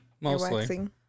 Mostly